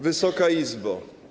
Wysoka Izbo!